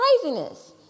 Craziness